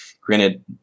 Granted